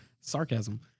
sarcasm